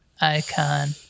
Icon